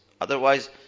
Otherwise